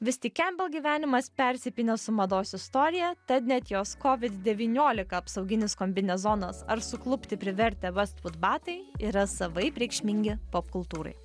vis tik kembel gyvenimas persipynęs su mados istorija tad net jos kovid devyniolika apsauginis kombinezonas ar suklupti privertę vestvud batai yra savaip reikšmingi popkultūrai